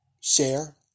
share